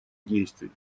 действий